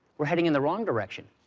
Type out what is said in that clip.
we're heading in the wrong direction.